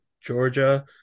georgia